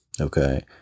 okay